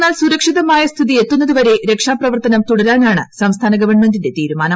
എന്നാൽ സൂരക്ഷിതമായ സ്ഥിതിയെത്തുന്നത് വരെ രക്ഷാപ്ര വർത്തനം തുടരാനാണ് സംസ്ഥാന ഗവൺമെന്റിന്റെ തീരുമാനം